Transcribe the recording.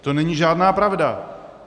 To není žádná pravda.